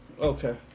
okay